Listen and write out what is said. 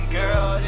girl